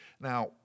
Now